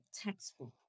textbook